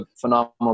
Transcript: phenomenal